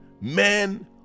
men